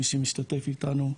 מי שמשתתף איתנו,